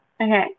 okay